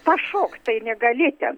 pašokt tai negali ten